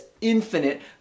infinite